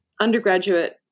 undergraduate